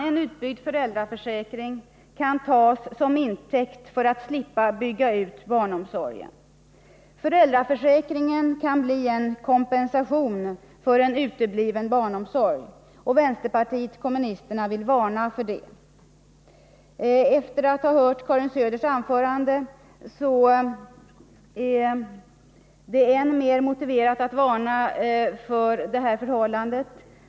En utbyggd föräldraförsäkring kan tas som intäkt för att man skall slippa bygga ut barnomsorgen. Föräldraförsäkringen kan bli en kompensation för en utebliven barnomsorg, och vänsterpartiet kommunisterna vill varna för det. Efter att ha hört Karin Söders anförande finner jag det än mer motiverat att varna för detta förhållande.